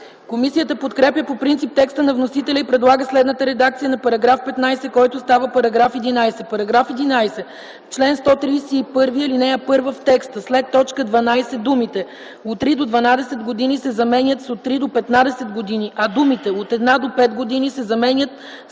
Комисията подкрепя по принцип текста на вносителя и предлага следната редакция на § 15, който става § 11: „§ 11. В чл. 131, ал. 1 в текста след т. 12 думите „от 3 до 12 години” се заменят с „от 3 до 15 години”, а думите „от 1 до 5 години” се заменят с